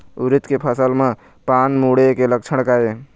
उरीद के फसल म पान मुड़े के लक्षण का ये?